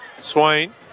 Swain